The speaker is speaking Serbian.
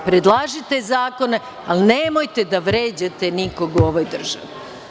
Predlažite zakone, ali nemojte da vređate nikog u ovoj državi.